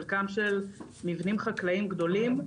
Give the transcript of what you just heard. חלקם של מבנים חקלאיים גדולים.